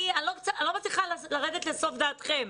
אני לא מצליחה לרדת לסוף דעתכם.